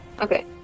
Okay